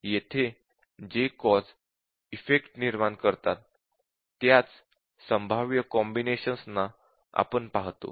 येथे जे cause effect निर्माण करतात त्याच संभाव्य कॉम्बिनेशन्स ना आपण पाहतो